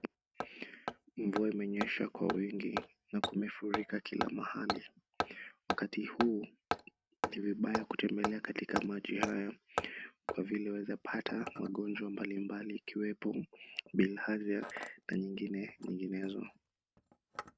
Mvua imenyesha kwa wingi na kumefurika kila mahali. Wakati huu ni vibaya kutembelea katika maji haya kwa vile waeza pata ugonjwa mbalimbali ikiwepo bilhazia na nyingine nyinginezo.